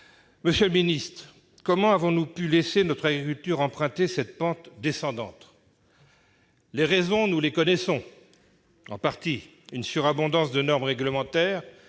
troisième rang. Comment avons-nous pu laisser notre agriculture emprunter cette pente descendante ? Les raisons, nous les connaissons en partie : une surabondance de normes réglementaires